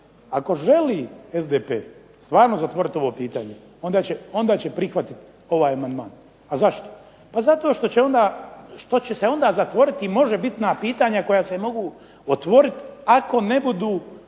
ako želi SDP stvarno zatvorit ovo pitanje onda će prihvatit ovaj amandman. A zašto, pa zato što će se onda zatvoriti i možebitna pitanja koja se mogu otvoriti ako ne budu